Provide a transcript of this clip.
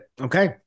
Okay